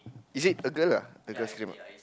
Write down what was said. is it a girl lah a girl scream ah